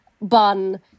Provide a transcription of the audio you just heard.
bun